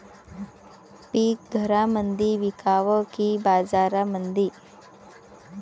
पीक घरामंदी विकावं की बाजारामंदी?